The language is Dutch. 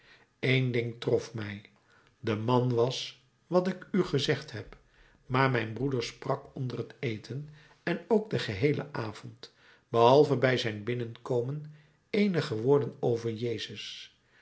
één ding trof mij de man was wat ik u gezegd heb maar mijn broeder sprak onder het eten en ook den geheelen avond behalve bij zijn binnenkomen eenige woorden over jezus